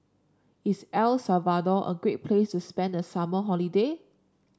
is El Salvador a great place to spend the summer holiday